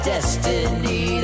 Destiny